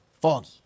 Foggy